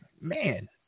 man